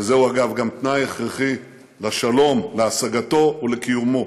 וזהו אגב גם תנאי הכרחי לשלום, להשגתו ולקיומו.